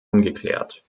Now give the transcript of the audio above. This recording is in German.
ungeklärt